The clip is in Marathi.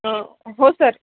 हो हो सर